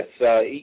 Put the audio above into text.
Yes